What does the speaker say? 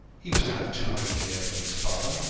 he was to have two hundred a year from his father,